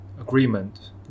agreement